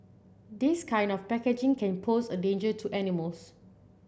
this kind of packaging can pose a danger to animals